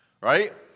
right